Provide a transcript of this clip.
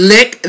Lick